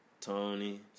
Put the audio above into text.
Tony